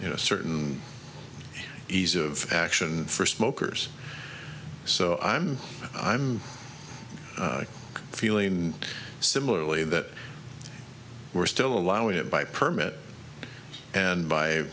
you know certain ease of action for smokers so i'm i'm feeling similarly that we're still allowing it by permit and by